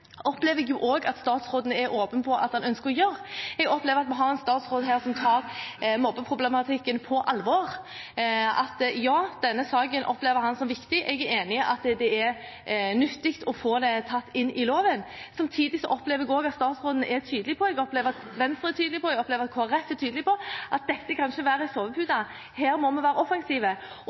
opplever jeg også at statsråden er åpen på at han ønsker å gjøre. Jeg opplever at vi her har en statsråd som tar mobbeproblematikken på alvor, at ja, denne saken opplever han som viktig. Jeg er enig i at det er nyttig å få det tatt inn i loven. Samtidig opplever jeg også at statsråden er tydelig på – og at Venstre og Kristelig Folkeparti er tydelig på – at dette ikke kan være en sovepute. Her må vi være offensive.